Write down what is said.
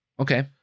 Okay